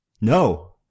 No